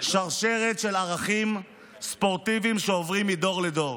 שרשרת של ערכים ספורטיביים שעוברים מדור לדור.